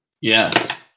Yes